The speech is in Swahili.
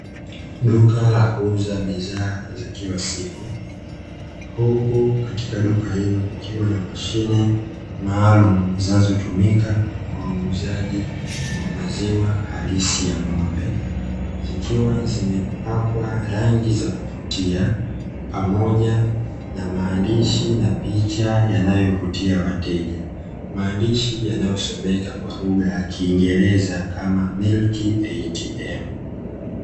Duka la kuuza bidhaa za kila siku. Huku katika duka hilo kukiwa na mashine maalumu zinazotumika kwa uuzaji wa maziwa halisi ya ng'ombe, zikiwa zimepakwa rangi za kuvutia, pamoja na maandishi na picha yanayovutia wateja. Maandishi yanayosomeka kwa lugha ya kingereza kama "MILK ATM".